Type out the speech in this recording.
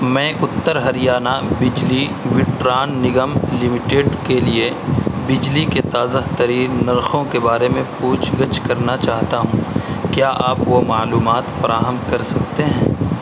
میں اتّر ہریانہ بجلی وترن نگم لمیٹڈ کے لیے بجلی کے تازہ ترین نرخوں کے بارے میں پوچھ گچھ کرنا چاہتا ہوں کیا آپ وہ معلومات فراہم کر سکتے ہیں